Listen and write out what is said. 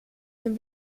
dem